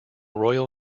royal